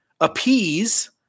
appease